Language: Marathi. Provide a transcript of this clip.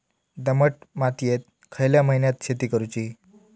दमट मातयेत खयल्या महिन्यात शेती करुची?